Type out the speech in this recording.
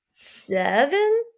Seven